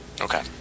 Okay